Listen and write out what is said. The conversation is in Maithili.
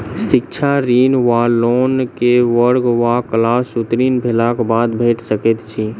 शिक्षा ऋण वा लोन केँ वर्ग वा क्लास उत्तीर्ण भेलाक बाद भेट सकैत छी?